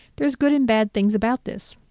there's good and bad things about this.